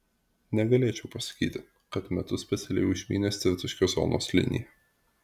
negalėčiau pasakyti kad metu specialiai užmynęs tritaškio zonos liniją